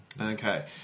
Okay